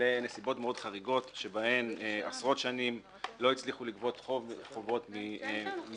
לנסיבות מאוד חריגות שבהן עשרות שנים לא הצליחו לגבות חובות מחייבים.